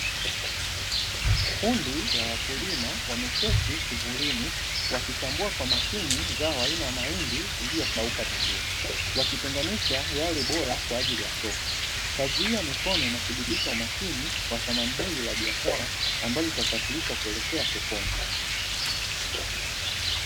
Kundi la wakulima wameketi kivulini wakichambua kwa makini zao aina ya mahindi iliyokauka vizuri wakitenganisha yale bora kwa ajili ya soko. Kazi hii ya mikono inathibitisha umakini wa thamani hili la biashara ambalo litasafirishwa kuelekea sokoni.